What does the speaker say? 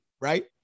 right